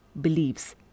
beliefs